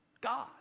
God